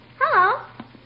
Hello